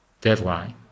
deadline